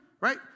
right